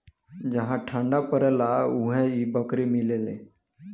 जहा ठंडा परेला उहे इ बकरी मिलेले